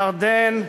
ירדן,